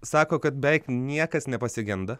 sako kad beveik niekas nepasigenda